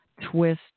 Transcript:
twist